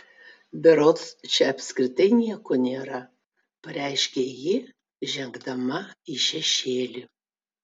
berods čia apskritai nieko nėra pareiškė ji žengdama į šešėlį